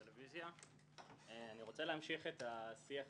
WIN-WIN-WIN. אני רוצה לדבר על האפקט שאני